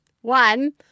One